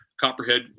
Copperhead